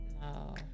No